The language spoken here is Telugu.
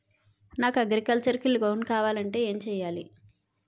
నాకు అగ్రికల్చర్ కి లోన్ కావాలంటే ఏం చేయాలి?